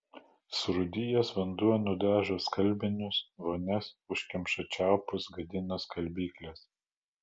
surūdijęs vanduo nudažo skalbinius vonias užkemša čiaupus gadina skalbykles